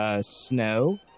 Snow